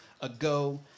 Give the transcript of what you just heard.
ago